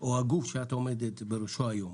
או הגוף שאת עומדת בראשו היום,